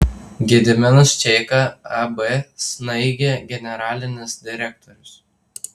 gediminas čeika ab snaigė generalinis direktorius